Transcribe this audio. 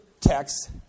text